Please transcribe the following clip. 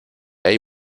hay